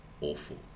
awful